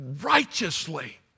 righteously